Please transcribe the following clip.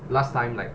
last time like